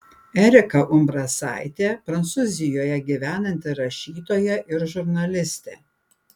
erika umbrasaitė prancūzijoje gyvenanti rašytoja ir žurnalistė